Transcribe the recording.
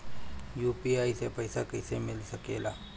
UPI से पइसा कईसे मिल सके ला?